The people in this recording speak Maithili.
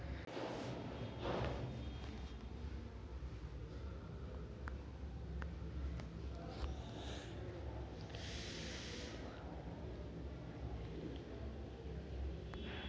एकर उपयोग जादेतर निर्माण कार्य मे सामग्रीक ढुलाइ लेल कैल जाइ छै